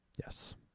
Yes